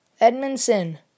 Edmondson